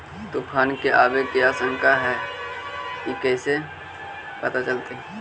तुफान के आबे के आशंका है इस कैसे पता चलतै?